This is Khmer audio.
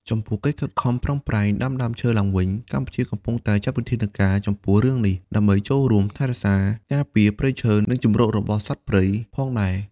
ចំពោះកិច្ចខិតខំប្រឹងប្រែងដាំដើមឈើឡើងវិញ កម្ពុជាកំពុងតែចាត់វិធានការចំពោះរឿងនេះដើម្បីចូលរួមថែរក្សាការពារព្រៃឈើនិងជម្រករបស់សត្វព្រៃផងដែរ។